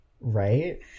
Right